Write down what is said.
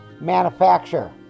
manufacturer